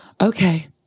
Okay